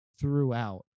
throughout